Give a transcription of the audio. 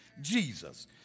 Jesus